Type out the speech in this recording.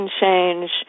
change